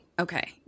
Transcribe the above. Okay